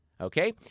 okay